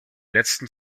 letzten